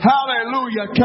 Hallelujah